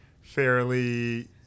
fairly